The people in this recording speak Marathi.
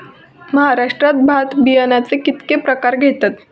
महाराष्ट्रात भात बियाण्याचे कीतके प्रकार घेतत?